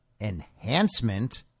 enhancement